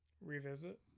Revisit